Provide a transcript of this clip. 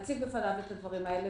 להציג בפניו את הדברים האלה,